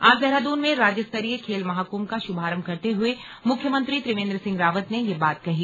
आज देहरादून में राज्यस्तरीय खेल महाकूंभ का शुभारंभ करते हए मुख्यमंत्री त्रिवेंद्र सिंह रावत ने ये बात कही